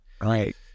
right